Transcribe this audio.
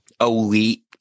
elite